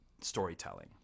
storytelling